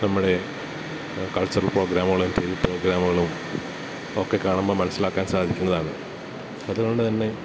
നമ്മുടെ കൾച്ചറൽ പ്രോഗ്രാമ്കളും T V പ്രോഗ്രാമ്കളും ഒക്കെ കാണുമ്പോൾ മനസ്സിലാക്കാൻ സാധിക്കുന്നതാണ് അതുകൊണ്ട് തന്നെ